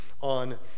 on